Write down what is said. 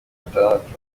gatandatu